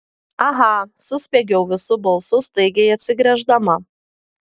aha suspiegiau visu balsu staigiai atsigręždama